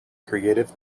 creative